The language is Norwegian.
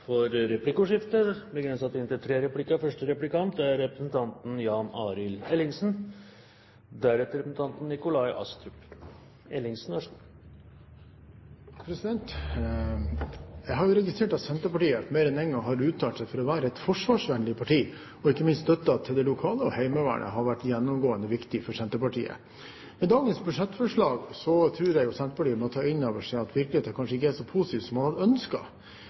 for replikkordskifte. Jeg har registrert at Senterpartiet mer enn én gang har uttalt at de er et forsvarsvennlig parti, og ikke minst støtte til det lokale heimevernet har vært gjennomgående viktig for Senterpartiet. Med dagens budsjettforslag tror jeg Senterpartiet må ta inn over seg at virkeligheten kanskje ikke er så positiv som